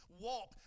walk